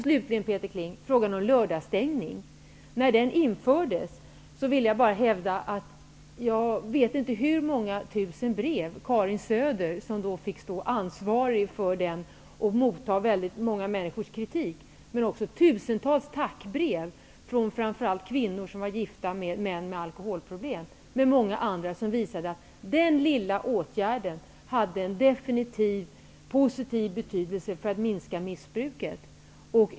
Slutligen frågan om lördagsstängning. När den infördes fick Karin Söder, som fick stå ansvarig för reformen, motta väldigt många människors kritik men också tusentals tackbrev från framför allt kvinnor som var gifta med män med alkoholproblem. Det visar att den lilla åtgärden definitivt hade en positiv verkan när det gäller att minska missbruket.